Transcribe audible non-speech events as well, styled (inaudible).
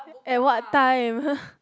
at what time (laughs)